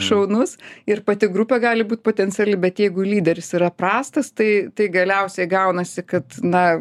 šaunus ir pati grupė gali būt potenciali bet jeigu lyderis yra prastas tai tai galiausiai gaunasi kad na